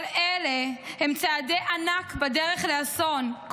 כל אלה הם צעדי ענק בדרך לאסון,